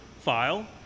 file